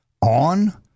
on